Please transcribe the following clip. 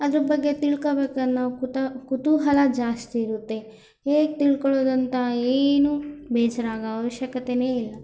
ಅದ್ರ ಬಗ್ಗೆ ತಿಳ್ಕೋಬೇಕು ಎನ್ನುವ ಕುತು ಕುತೂಹಲ ಜಾಸ್ತಿ ಇರುತ್ತೆ ಹೇಗೆ ತಿಳ್ಕೊಳ್ಳೋದಂತ ಏನು ಬೇಜಾರಾಗೊ ಅವಶ್ಯಕತೆನೇ ಇಲ್ಲ